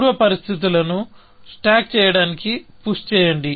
పూర్వ పరిస్థితులను స్టాక్ చేయడానికి పుష్ చేయండి